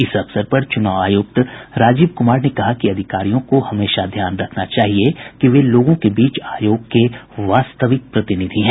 इस अवसर पर चुनाव आयुक्त राजीव कुमार ने कहा कि अधिकारियों को हमेशा ध्यान रखना चाहिए कि वे लोगों के बीच आयोग के वास्तविक प्रतिनिधि हैं